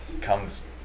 comes